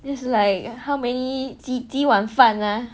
it's like how many 几碗晚饭 ah